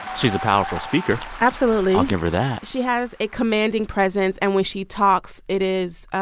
she's a powerful speaker absolutely i'll give her that she has a commanding presence. and when she talks, it is